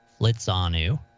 Flitzanu